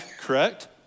correct